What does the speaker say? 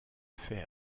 fait